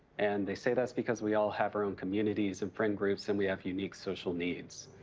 and they say that's because we all have our own communities and friend groups, and we have unique social needs.